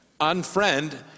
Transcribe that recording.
Unfriend